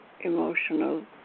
emotional